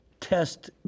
test